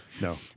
no